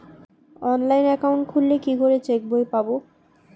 Online account খুললে কি করে চেক বই পাব?